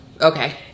okay